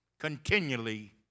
continually